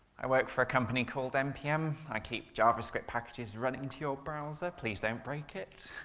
i work for a company called npm, i keep javascript packages running to your browser, please don't break it.